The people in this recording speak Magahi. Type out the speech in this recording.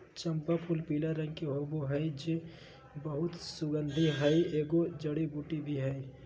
चम्पा फूलपीला रंग के होबे हइ जे बहुत सुगन्धित हइ, एगो जड़ी बूटी भी हइ